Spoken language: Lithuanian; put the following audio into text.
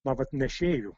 na vat nešėju